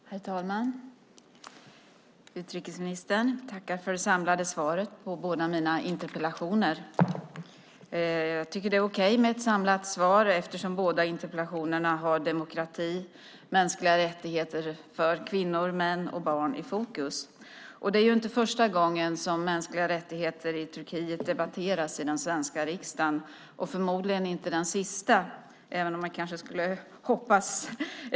Herr talman! Jag tackar utrikesministern för det samlade svaret på båda mina interpellationer. Jag tycker att det är okej med ett samlat svar, eftersom båda interpellationerna har demokrati och mänskliga rättigheter för kvinnor, män och barn i fokus. Det är inte första gången som mänskliga rättigheter i Turkiet debatteras i den svenska riksdagen och förmodligen inte den sista.